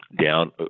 down